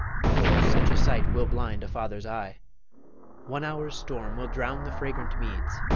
for such a sight will blind a father's eye one hour's storm will drown the fragrant meads,